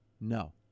No